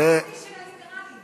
הלמ"ד היא של הליברלים.